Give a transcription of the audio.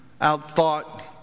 outthought